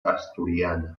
asturiana